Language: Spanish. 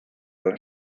las